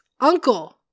Uncle